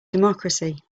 democracy